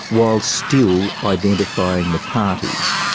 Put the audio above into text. while still identifying the parties,